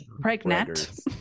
pregnant